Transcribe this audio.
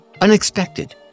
Unexpected